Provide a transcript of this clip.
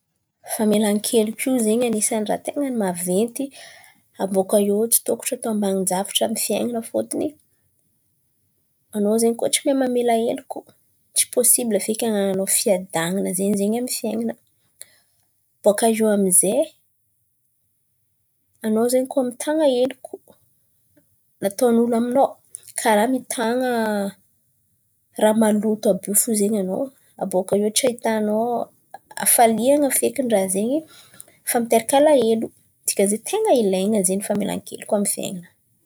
Famelan-keloko io zen̈y an̈isan'ny ten̈a maventy abôkà eo tsy tokotro atao ambanin-javatra amin'ny fiain̈ana fôtony anao zen̈y kôa tsy mahay mamela heloko tsy posibla feky hanan̈anao fiadan̈ana zen̈y amin'ny fiain̈ana. Bôkà eo amin'izay anao zen̈y kôa mitan̈a heloko nataon'olo aminao kàra mitan̈a ràha maloto àby io fo zen̈y anao. Abôkà eo tsy ahitanao hafalian̈a fekiny ràha zen̈y fa miteraka alahelo dikan'zen̈y ten̈a ilain̈a zen̈y famelan-keloko amin'ny fiain̈ana.